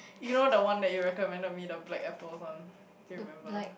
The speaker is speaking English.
you know the one that you recommended me the black apples one do you remember